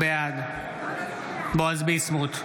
בעד בועז ביסמוט,